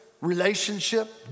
relationship